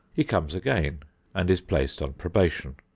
he comes again and is placed on probation.